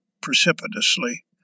precipitously